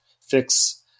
fix